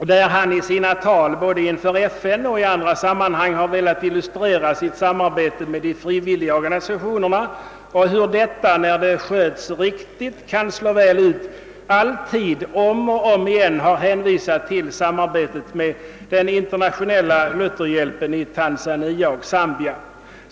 när han i sina tal både inför FN och i andra sammanhang har velat illustrera sitt samarbete med de frivilliga organisationerna och hur detta, när det sköts riktigt, kan slå väl ut, alltid — om och om igen — har hänvisat till samarbetet med den internationella Lutherhjälpen i Tanzania och Zambia.